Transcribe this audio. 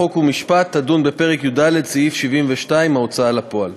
חוק ומשפט תדון בפרק י"ד סעיף 72 (ההוצאה לפועל).